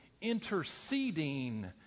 interceding